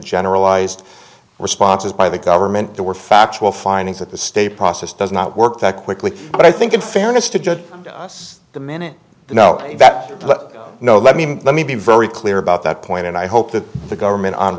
generalized responses by the government there were factual findings that the state process does not work that quickly but i think in fairness to judge us the minute they know that but no let me let me be very clear about that point and i hope that the government on